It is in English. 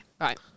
Right